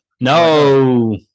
No